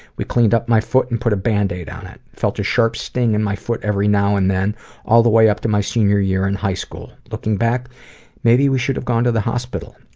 we cleaned up my foot and put a bandage on it. felt a sharp sting in my foot every now and then all the way up to my senior year in high school. looking back maybe we should have gotten to the hospital.